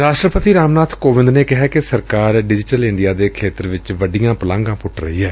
ਰਾਸਟਰਪਤੀ ਰਾਮਨਾਬ ਕੋਵਿੰਦ ਨੇ ਕਿਹੈ ਕਿ ਸਰਕਾਰ ਡਿਜੀਟਲ ਇੰਡੀਆ ਦੇ ਖੇਤਰ ਵਿਚ ਵੱਡੀਆਂ ਪੁਲਾਘਾਂ ਪੁੱਟ ਰਹੀ ਏ